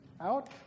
out